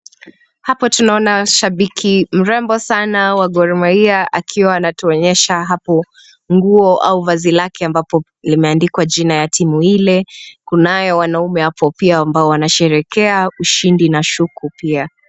Hapa tunaona shabiki mrembo sana wa gor mahia akiwa anatuonyesha hapo nguo au vazi lake ambapo imeandikwa jina ya timu ile. Kunayo wanaume apo pia ambazo wanasherekea ushindi na shuku pia.